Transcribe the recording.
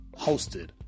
hosted